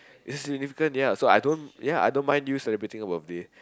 this living turn ya so I don't ya I don't mind you celebrating a birthday